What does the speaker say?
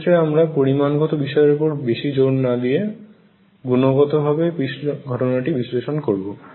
এক্ষেত্রে আমরা পরিমাণগত বিষয়ের ওপর বেশি জোর না দিয়ে গুণগতভাবে ঘটনাটি বিশ্লেষণ করবো